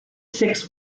six